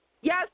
Yes